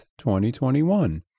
2021